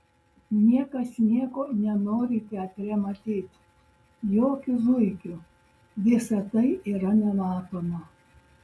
niekas nieko nenori teatre matyt jokių zuikių visa tai yra nematoma